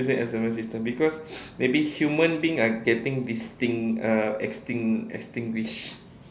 using S_M_S system because maybe human being are getting distinct uh exting~ extinguish